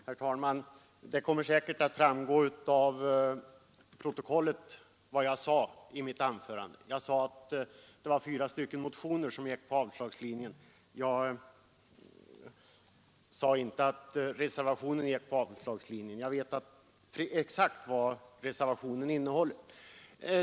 Herr talman! Det kommer säkert att framgå av protokollet vad jag sade i mitt anförande. Jag talade om att fyra motioner gick på avslagslinjen, men jag sade inte att reservationen gjorde det. Jag vet exakt vad reservationen innehåller.